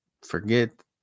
forget